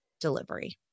delivery